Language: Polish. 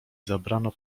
zabrano